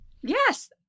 Yes